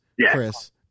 Chris